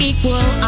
Equal